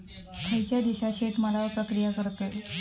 खयच्या देशात शेतमालावर प्रक्रिया करतत?